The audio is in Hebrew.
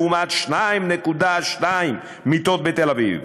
לעומת 2.2 מיטות בתל-אביב.